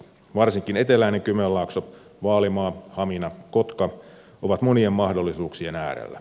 varsinkin eteläinen kymenlaakso vaalimaa hamina kotka on monien mahdollisuuksien äärellä